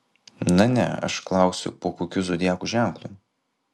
na ne aš klausiu po kokiu zodiako ženklu